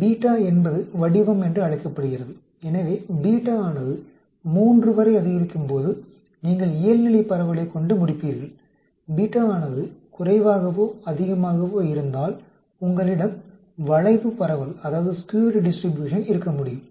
β என்பது வடிவம் என்று அழைக்கப்படுகிறது எனவே βஆனது 3 வரை அதிகரிக்கும்போது நீங்கள் இயல்நிலை பரவலைக் கொண்டு முடிப்பீர்கள் βஆனது குறைவாகவோ அதிகமாகவோ இருந்தால் உங்களிடம் வளைவு பரவல் இருக்க முடியும்